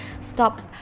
stop